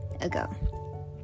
ago